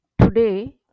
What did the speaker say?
Today